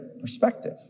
perspective